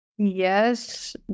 Yes